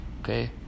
Okay